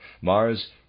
Mars